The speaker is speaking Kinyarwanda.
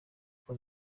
kuko